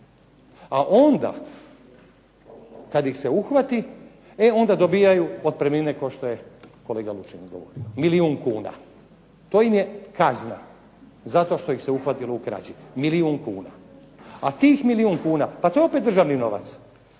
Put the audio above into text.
A onda kada ih se uhvati onda dobivaju otpremnine kao što je kolega Lučin odgovorio, milijun kuna. To im je kazna zato što ih se uhvatilo u krađi. A tih milijun kuna, to je opet državni novac,